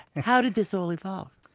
how did this all evolve?